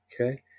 Okay